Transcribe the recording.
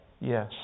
Yes